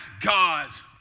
God's